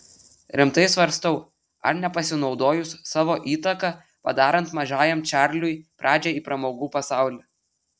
rimtai svarstau ar nepasinaudojus savo įtaka padarant mažajam čarliui pradžią į pramogų pasaulį